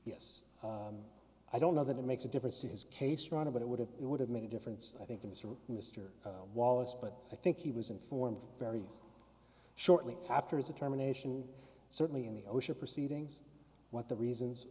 yes i don't know that it makes a difference in his case stronger but it would have would have made a difference i think it was from mr wallace but i think he was informed very shortly after as a terminations certainly in the osha proceedings what the reasons